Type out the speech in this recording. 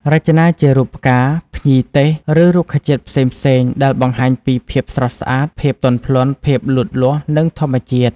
រចនាជារូបផ្កា ភ្ញីទេស ឬរុក្ខជាតិផ្សេងៗ ដែលបង្ហាញពី ភាពស្រស់ស្អាត ភាពទន់ភ្លន់ ភាពលូតលាស់ និងធម្មជាតិ។